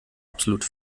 absolut